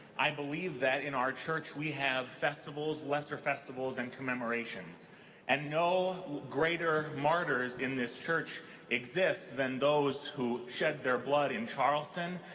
i believe that in our church we have festivals, lesser festivals and commemorations and no greater martyrs in this church exist than those who shed their blood in charleston,